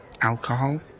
alcohol